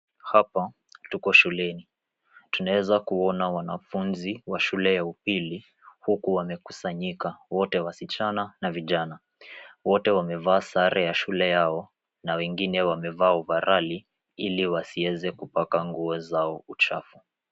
Hapa tuko shuleni. Tunaeza kuona wanafunzi wa shule ya upili, huku wamekusanyika wote wasichana na vijana. Wote wamevaa sare ya shule yao, na wengine wamevaa ovarali, ili wasieze kupaka nguo zao uchafu.